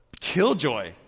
killjoy